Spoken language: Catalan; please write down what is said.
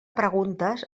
preguntes